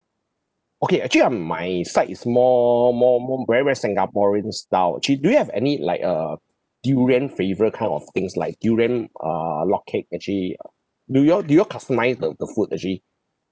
okay actually um my side is more more more very very singaporean style actually do you have any like err durian flavour kind of things like durian err log cake actually uh do you all do you all customise the the food actually